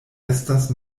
estas